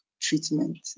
treatment